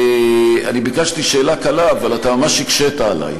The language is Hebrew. אני ביקשתי שאלה קלה אבל אתה ממש הקשית עלי,